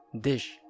dish